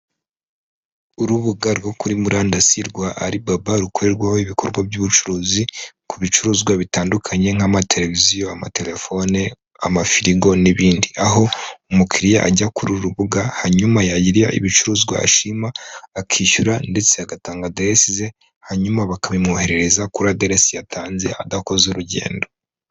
Urubuga rwo kuri murandasi rwa Alibaba rukorerwaho ibikorwa by'ubucuruzi ku bicuruzwa bitandukanye nk'amateleviziyo, amatelefone, amafirigo n'ibindi, aho umukiriya ajya kuri uru rubuga hanyuma yagira ibicuruzwa ashima akishyura ndetse agatanga aderesi ze, hanyuma bakabimwoherereza kuri aderesi yatanze adakoze urugendo.